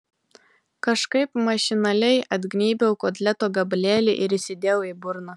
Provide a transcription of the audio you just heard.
kažkaip mašinaliai atgnybiau kotleto gabalėlį ir įsidėjau į burną